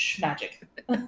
Magic